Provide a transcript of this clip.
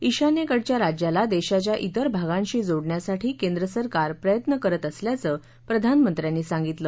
ईशान्येकडच्या राज्याला देशाच्या तिर भागांशी जोडण्यासाठी केंद्रसरकार प्रयत्न करत असल्याचं प्रधानमंत्र्यांनी सांगितलं